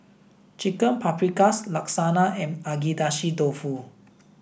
Chicken Paprikas Lasagna and Agedashi dofu